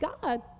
God